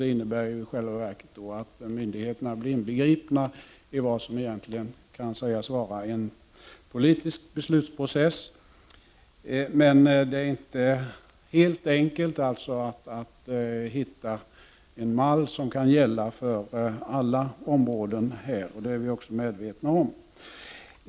Det innebär ju i själva verket att myndigheterna blir inbegripna i vad som egentligen kan sägas vara en politisk beslutsprocess. Men det är inte helt enkelt att hitta en mall som kan gälla för alla områden, vilket vi i centern är medvetna om.